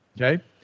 Okay